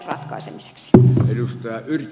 arvoisa herra puhemies